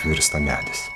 virsta medis